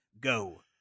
go